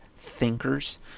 thinkers